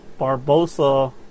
Barbosa